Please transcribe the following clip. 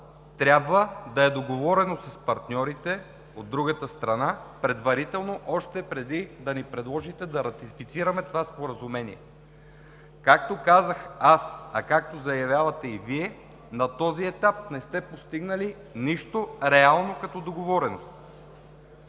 трябва да е договорено с партньорите от другата страна предварително още преди да ни предложите да ратифицираме това споразумение. Както казах аз, а както заявявате и Вие, на този етап не сте постигнали нищо реално като договореност.